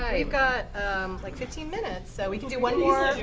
ah we've got like, fifteen minutes. so we can do one more